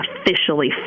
officially